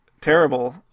terrible